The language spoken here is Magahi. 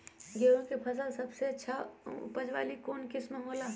गेंहू के सबसे अच्छा उपज वाली कौन किस्म हो ला?